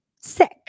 sick